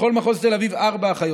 בכל מחוז תל אביב, ארבע אחיות.